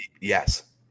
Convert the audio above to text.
Yes